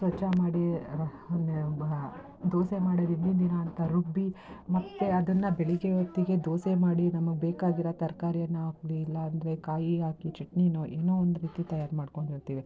ಸ್ವಚ್ಛ ಮಾಡಿ ದೋಸೆ ಮಾಡೋರು ಇಂದಿನ ಅಂತ ರುಬ್ಬಿ ಮತ್ತು ಅದನ್ನು ಬೆಳಗ್ಗೆ ಹೊತ್ತಿಗೆ ದೋಸೆ ಮಾಡಿ ನಮಗೆ ಬೇಕಾಗಿರೋ ತರಕಾರಿನ ಹಾಕ್ಬಿಡಿ ಇಲ್ಲ ಅಂದರೆ ಕಾಯಿ ಹಾಕಿ ಚಟ್ನಿಯೋ ಏನೋ ಒಂದು ರೀತಿ ತಯಾರು ಮಾಡಿಕೊಂಡಿರ್ತೀವಿ